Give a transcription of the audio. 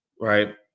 right